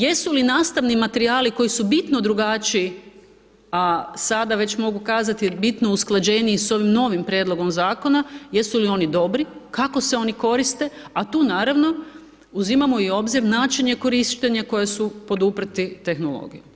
Jesu li nastavni materijali koji su bitno drugačiji, a sada, već mogu kazati, bitno usklađeniji s ovim novim prijedlogom zakona, jesu li oni dobri, kako se oni koriste, a tu naravno uzimamo u obzir načine korištenja, koji su poduprti tehnologija.